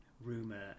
rumor